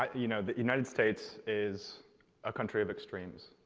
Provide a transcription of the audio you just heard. um you know, united states is a country of extremes.